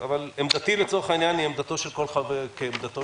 עמדתי לצורך העניין היא כעמדתו של כל חבר ועדה.